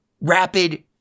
rapid